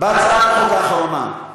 בהצעת החוק האחרונה.